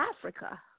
Africa